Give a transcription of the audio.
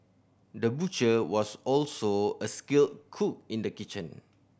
the butcher was also a skilled cook in the kitchen